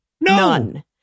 None